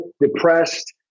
depressed